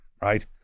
right